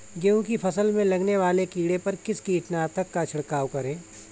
गेहूँ की फसल में लगने वाले कीड़े पर किस कीटनाशक का छिड़काव करें?